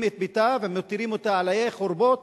את ביתה ומותירים אותה על עיי חורבות,